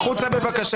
צאי החוצה, בבקשה.